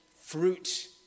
fruit